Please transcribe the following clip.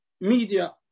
media